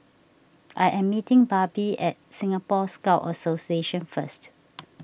I am meeting Barbie at Singapore Scout Association first